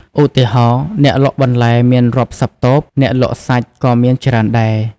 ឧទាហរណ៍ អ្នកលក់បន្លែមានរាប់សិបតូប អ្នកលក់សាច់ក៏មានច្រើនដែរ។